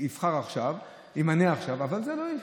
יבחר עכשיו, ימנה עכשיו, אבל זה לא.